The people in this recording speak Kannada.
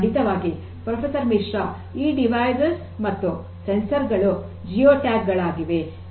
ಖಂಡಿತವಾಗಿ ಪ್ರೊಫೆಸರ್ ಮಿಸ್ರ ಈ ಸಾಧನಗಳು ಮತ್ತು ಸಂವೇದಕಗಳು ಜಿಯೋ ಟ್ಯಾಗ್ ಗಳಾಗಿವೆ